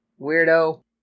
weirdo